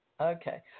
Okay